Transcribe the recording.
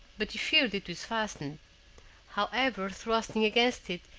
but he feared it was fastened. however, thrusting against it,